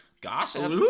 Gossip